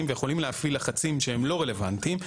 ויכולים להפעיל לחצים שהם לא רלוונטיים,